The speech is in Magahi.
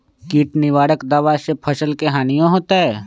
किट निवारक दावा से फसल के हानियों होतै?